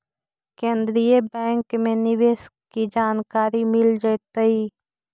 केन्द्रीय बैंक में निवेश की जानकारी मिल जतई